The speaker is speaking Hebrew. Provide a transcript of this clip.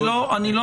אני לא מוותר.